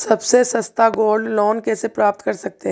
सबसे सस्ता gold loan कैसे प्राप्त कर सकते हैं?